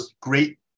great